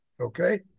okay